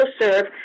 serve